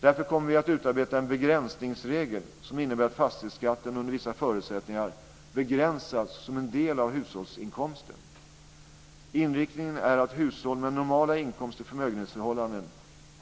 Därför kommer vi att utarbeta en begränsningsregel som innebär att uttaget av fastighetsskatt under vissa förutsättningar begränsas till en del av hushållsinkomsten. Inriktningen är att hushåll med normala inkomst och förmögenhetsförhållanden